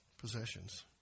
possessions